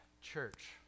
church